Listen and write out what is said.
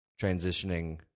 transitioning